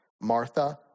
Martha